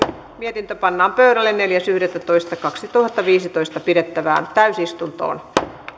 mietintö pannaan pöydälle neljäs yhdettätoista kaksituhattaviisitoista pidettävään täysistuntoon